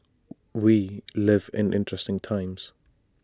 we live in interesting times